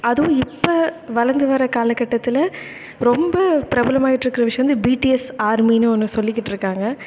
அதுவும் இப்போ வளர்ந்து வர காலக்கட்டத்தில் ரொம்ப பிரபலமாயிட்டிருக்குற விஷயம் வந்து பிடிஎஸ் ஆர்மி ஒன்று சொல்லிக்கிட்டிருக்காங்க